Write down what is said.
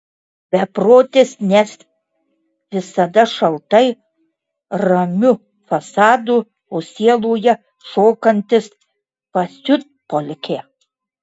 beprotis nes visada šaltai ramiu fasadu o sieloje šokantis pasiutpolkę